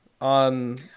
on